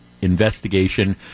investigation